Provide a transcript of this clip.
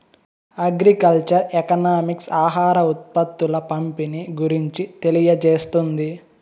agriculture economics ఆహార ఉత్పత్తుల పంపిణీ గురించి తెలియజేస్తుంది